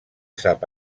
sap